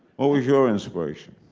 what was your inspiration?